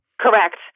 Correct